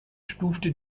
stufte